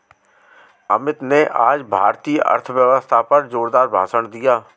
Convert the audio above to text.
अमित ने आज भारतीय अर्थव्यवस्था पर जोरदार भाषण दिया